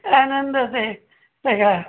आनंदच आहे वेगळा